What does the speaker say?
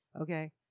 Okay